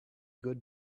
good